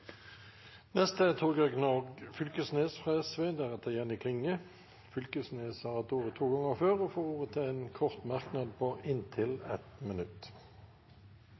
Fylkesnes har hatt ordet to ganger tidligere og får ordet til en kort merknad, begrenset til 1 minutt.